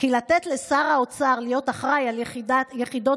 כי לתת לשר האוצר להיות אחראי על יחידות